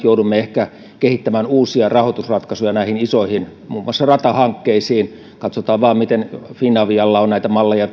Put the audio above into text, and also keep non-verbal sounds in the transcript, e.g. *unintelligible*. *unintelligible* joudumme ehkä kehittämään uusia rahoitusratkaisuja muun muassa näihin isoihin ratahankkeisiin katsotaan vain miten finavialla ja muualla on näitä malleja *unintelligible*